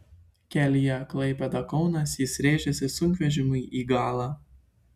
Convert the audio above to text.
kelyje klaipėda kaunas jis rėžėsi sunkvežimiui į galą